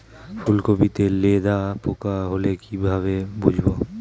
ফুলকপিতে লেদা পোকা হলে কি ভাবে বুঝবো?